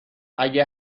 اگه